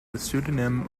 pseudonym